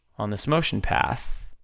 on this motion path,